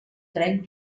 tren